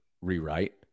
rewrite